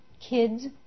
kids